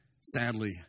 Sadly